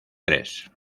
tres